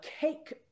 cake